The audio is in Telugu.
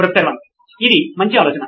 ప్రొఫెసర్ 1 ఇది మంచి ఆలోచన